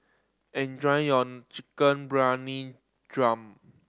enjoy your Chicken Briyani Dum